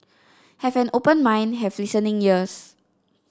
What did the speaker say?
have an open mind have listening ears